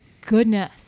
goodness